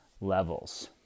levels